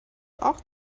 auch